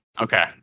Okay